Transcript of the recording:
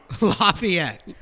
Lafayette